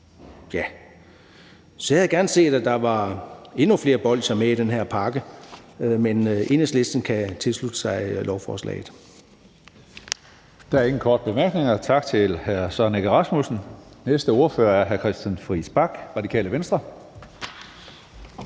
Så jeg havde gerne set, at der var endnu flere bolsjer med i den her pakke, men Enhedslisten kan tilslutte sig lovforslaget. Kl. 14:27 Tredje næstformand (Karsten Hønge): Der er ingen korte bemærkninger. Tak til Hr. Søren Egge Rasmussen. Næste ordfører er hr. Christian Friis Bach, Radikale Venstre.